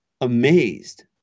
amazed